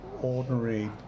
ordinary